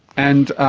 and